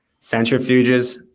Centrifuges